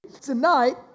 Tonight